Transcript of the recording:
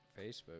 Facebook